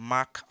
Mark